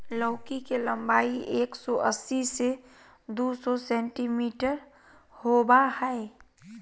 लौकी के लम्बाई एक सो अस्सी से दू सो सेंटीमिटर होबा हइ